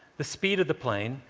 the speed of the plane,